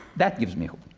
that gives me hope.